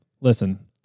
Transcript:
listen